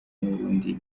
n’ubundi